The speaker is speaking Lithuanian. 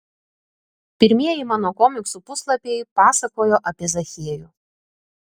pirmieji mano komiksų puslapiai pasakojo apie zachiejų